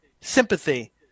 sympathy